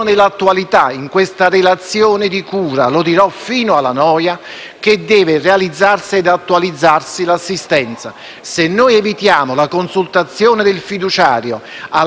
che deve realizzarsi ed attualizzarsi l'assistenza. Se evitiamo la consultazione del fiduciario in relazione della DAT stessa, ne viene di conseguenza che si vanifica tutto.